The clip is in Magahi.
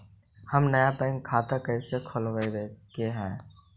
हम नया बैंक खाता कैसे खोलबाबे के है?